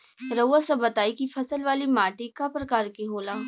रउआ सब बताई कि फसल वाली माटी क प्रकार के होला?